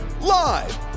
live